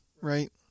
right